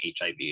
HIV